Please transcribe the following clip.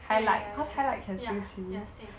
ya ya ya ya ya ya ya same